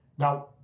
Now